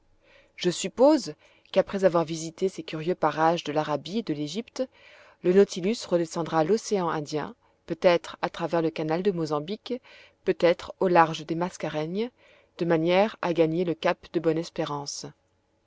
je suppose qu'après avoir visité ces curieux parages de l'arabie et de l'égypte le nautilus redescendra l'océan indien peut-être à travers le canal de mozambique peut-être au large des mascareignes de manière à gagner le cap de